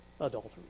adultery